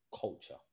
culture